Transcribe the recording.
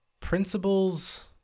Principles